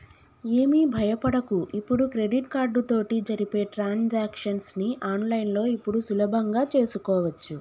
ఏమి భయపడకు ఇప్పుడు క్రెడిట్ కార్డు తోటి జరిపే ట్రాన్సాక్షన్స్ ని ఆన్లైన్లో ఇప్పుడు సులభంగా చేసుకోవచ్చు